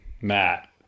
Matt